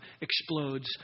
explodes